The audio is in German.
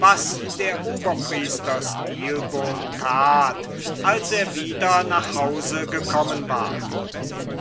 was der oberpriester stilbon tat als er wieder nach hause gekommen war